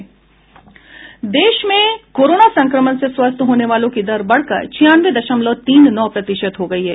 देश में कोरोना संक्रमण से स्वस्थ होने वालों की दर बढकर छियानवे दशलव तीन नौ प्रतिशत हो गई है